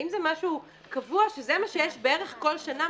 האם זה משהו קבוע שזה מה שיש בערך כל שנה?